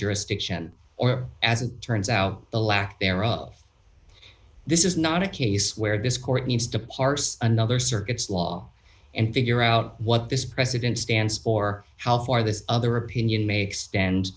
jurisdiction or as it turns out the lack thereof this is not a case where this court needs to parse another circuits law and figure out what this president stands for how far this other opinion may extend